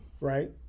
right